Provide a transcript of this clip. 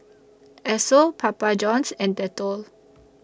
Esso Papa Johns and Dettol